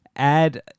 add